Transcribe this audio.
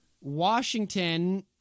Washington